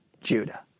Judah